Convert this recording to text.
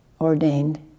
ordained